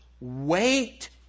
Wait